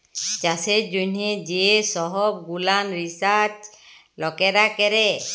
চাষের জ্যনহ যে সহব গুলান রিসাচ লকেরা ক্যরে